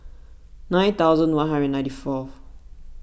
nine thousand one hundred ninety fourth